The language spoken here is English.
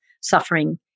suffering